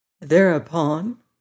Thereupon